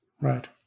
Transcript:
Right